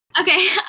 Okay